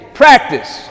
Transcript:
practice